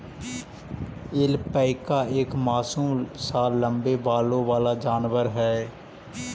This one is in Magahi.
ऐल्पैका एक मासूम सा लम्बे बालों वाला जानवर है